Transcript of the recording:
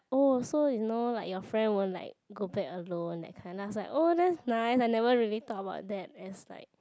oh so you know like your friend won't like go back alone that kind lah it's like oh that's nice I never really though about that and it's like